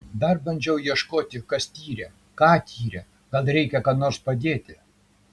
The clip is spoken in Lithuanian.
dar bandžiau ieškoti kas tyrė ką tyrė gal reikia ką nors padėti